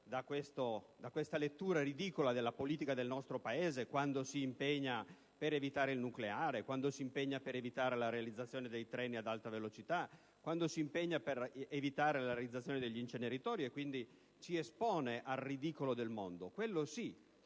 da questa lettura ridicola della politica del nostro Paese, quando si impegna per evitare il nucleare, quando si impegna per evitare la realizzazione dei treni ad alta velocità, quando si impegna per evitare la realizzazione degli inceneritori (quindi ci espone al ridicolo nel mondo, quello sì).